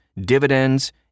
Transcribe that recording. Dividends